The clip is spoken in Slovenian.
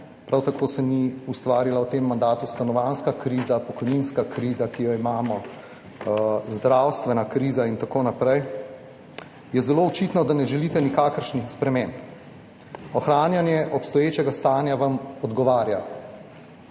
prav tako se v tem mandatu ni ustvarila stanovanjska kriza, pokojninska kriza, ki jo imamo, zdravstvena kriza in tako naprej, je zelo očitno, da ne želite nikakršnih sprememb. Ohranjanje obstoječega stanja vam odgovarja.